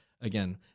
again